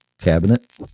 cabinet